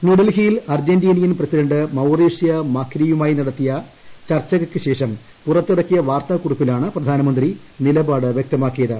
ന്യൂൽഡിഹിയിൽ Argentinian president Mauricio മാക്രിയുമായി നടത്തിയ പ്രതിനിധിതല ചർച്ചയ്ക്ക് ശേഷം പുറത്തിറക്കിയ വാർത്താക്കുറിപ്പിലാണ് പ്രധാനമന്ത്രി നിലപാട് വ്യക്തമാക്കിയത്